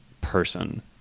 person